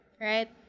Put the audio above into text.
right